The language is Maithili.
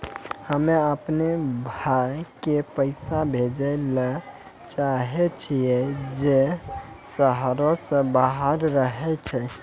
हम्मे अपनो भाय के पैसा भेजै ले चाहै छियै जे शहरो से बाहर रहै छै